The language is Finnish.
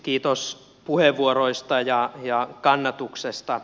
kiitos puheenvuoroista ja kannatuksesta